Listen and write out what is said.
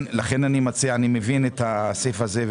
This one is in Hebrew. אני מבין את הסעיף הזה,